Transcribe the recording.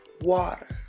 water